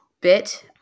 bit